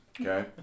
Okay